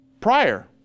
prior